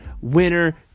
winner